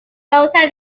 causa